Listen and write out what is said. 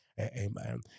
Amen